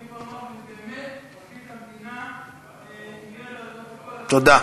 באמת פרקליט המדינה, עם יד על הדופק, תודה.